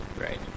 right